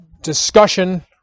discussion